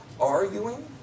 arguing